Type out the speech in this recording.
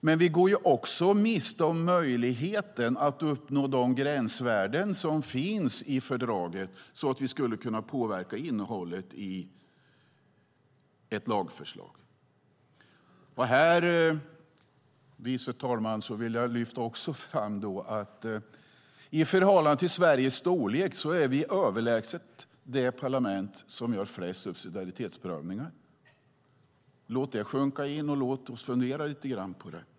Det andra är att vi går miste om möjligheten att uppnå de gränsvärden som finns i fördraget så att vi ska kunna påverka innehållet i ett lagförslag. Här, herr ålderspresident, vill jag lyfta fram att vi i Sverige i förhållande till vår storlek har det parlament som gör överlägset flest subsidiaritetsprövningar. Låt det sjunka in, och låt oss fundera lite grann på det.